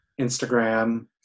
Instagram